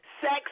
Sex